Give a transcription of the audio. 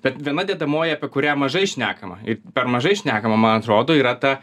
bet viena dedamoji apie kurią mažai šnekama ir per mažai šnekama man atrodo yra ta